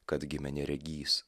kad gimė neregys